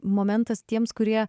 momentas tiems kurie